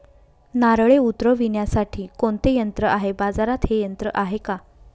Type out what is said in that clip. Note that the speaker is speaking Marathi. नारळे उतरविण्यासाठी कोणते यंत्र आहे? बाजारात हे यंत्र आहे का?